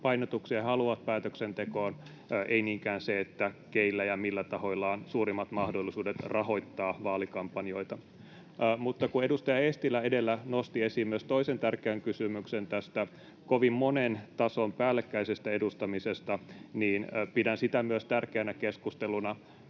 painotuksia he haluavat päätöksentekoon, ei niinkään se, keillä ja millä tahoilla on suurimmat mahdollisuudet rahoittaa vaalikampanjoita. Mutta kun edustaja Eestilä edellä nosti esiin myös toisen tärkeän kysymyksen tästä kovin monen tason päällekkäisestä edustamisesta, niin pidän myös sitä tärkeänä keskusteluna.